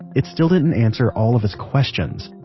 it still didn't answer all of his questions.